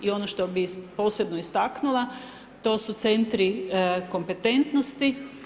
I ono što bih posebno istaknula to su centri kompetentnosti.